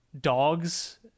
dogs